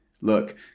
Look